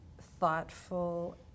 thoughtful